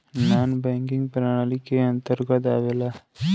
नानॅ banking प्रणाली के अंतर्गत आवेला